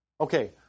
Okay